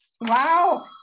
Wow